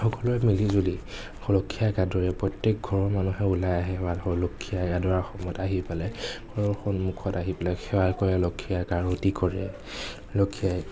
সকলোৱে মিলিজুলি লক্ষ্মী আইক আদৰে প্ৰত্য়েক ঘৰৰ মানুহে ওলাই আহে লক্ষ্মী আইক আদৰাৰ সময়ত আহি পেলাই ঘৰৰ সন্মুখত আহি পেলাই সেৱা কৰে লক্ষ্মী আইক আৰতি কৰে লক্ষ্মী আইক